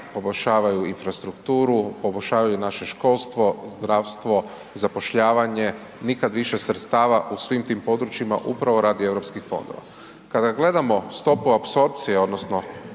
poboljšavaju infrastrukturu, poboljšavaju naše školstvo, zdravstvo, zapošljavanje, nikad više sredstava u svim tim područjima upravo radi Europskih fondova. Kada gledamo stopu apsorpcije odnosno